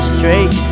Straight